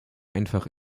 einfach